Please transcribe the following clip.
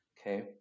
okay